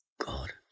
God